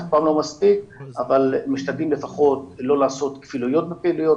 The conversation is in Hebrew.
זה אף פעם לא מספיק אבל משתדלים לפחות לא לעשות כפילויות בפעילויות,